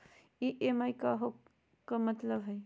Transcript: EMI के का मतलब हई?